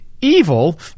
Evil